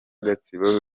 gatsibo